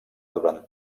durant